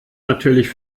natürlich